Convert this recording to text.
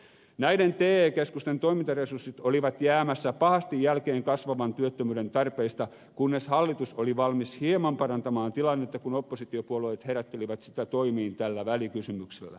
näiden te keskusten toimintaresurssit olivat jäämässä pahasti jälkeen kasvavan työttömyyden tarpeista kunnes hallitus oli valmis hieman parantamaan tilannetta kun oppositiopuolueet herättelivät sitä toimiin tällä välikysymyksellä